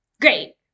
great